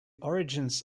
origins